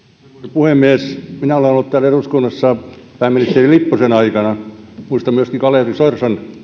puhemies minä olen ollut täällä eduskunnassa pääministeri lipposen aikana ja muistan myöskin kalevi sorsan